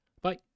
Bye